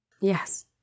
Yes